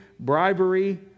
Bribery